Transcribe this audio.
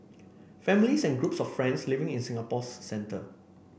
families and groups of friends living in Singapore's centre